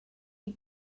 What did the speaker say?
die